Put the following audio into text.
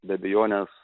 be abejonės